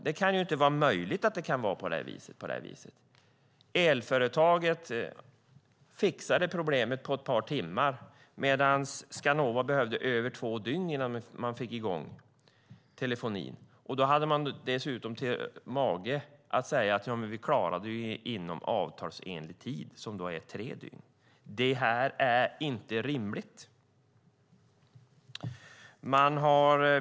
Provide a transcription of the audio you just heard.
Det kan inte vara möjligt att det är på det här viset. Elföretaget fixade problemet på ett par timmar, medan Skanova behövde över två dygn innan man fick i gång telefonin. Då hade man dessutom mage att säga: Ja, men vi klarade det inom avtalsenlig tid, som är tre dygn. Det här är inte rimligt.